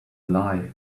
lie